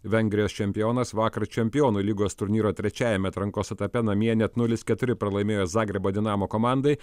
vengrijos čempionas vakar čempionų lygos turnyro trečiajame atrankos etape namie net nulis keturi pralaimėjo zagrebo dinamo komandai